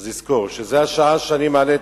אז לזכור שזו השעה שאני מעלה,